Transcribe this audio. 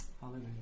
Hallelujah